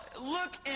look